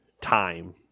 time